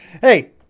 Hey